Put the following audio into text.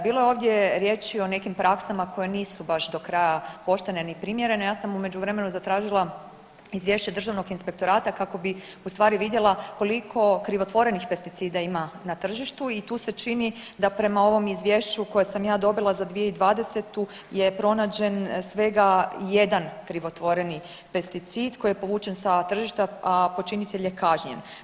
Bilo je ovdje riječi o nekim praksama koje nisu baš do kraja poštene ni primjerne, ja sam u međuvremenu zatražila izvješće Državnog inspektorata kako bi ustvari vidjela koliko krivotvorenih pesticida ima na tržištu i tu se čini da prema ovom izvješću koje sam ja dobila za 2020. je pronađen svega jedan krivotvoreni pesticid koji je povučen sa tržišta, a počinitelj je kažnjen.